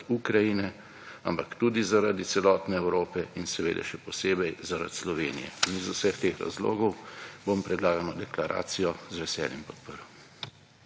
Ukrajine, ampak tudi zaradi celotne Evrope in seveda še posebej zaradi Slovenije in iz vseh teh razlogov bom predlagano deklaracijo z veseljem podprl.